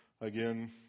again